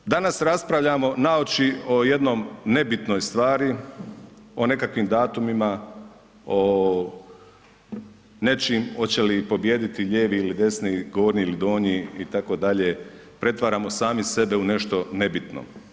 Gospodo, danas raspravljamo naoči o jednom nebitnoj stvari, o nekakvim datumima, o nečim oće li pobijediti lijevi ili desni, gornji ili donji itd., pretvaramo sami sebe u nešto nebitno.